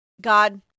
God